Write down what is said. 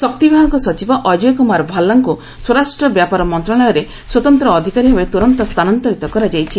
ଶକ୍ତି ବିଭାଗ ସଚିବ ଅଜୟ କୁମାର ଭାଲ୍ଲାଙ୍କୁ ସ୍ୱରାଷ୍ଟ୍ର ବ୍ୟାପାର ମନ୍ତ୍ରଶାଳୟରେ ସ୍ୱତନ୍ତ୍ର ଅଧିକାରୀ ଭାବେ ତୁରନ୍ତ ସ୍ଥାନାନ୍ତରିତ କରାଯାଇଛି